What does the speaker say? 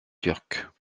turque